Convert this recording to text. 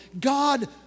God